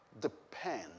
depend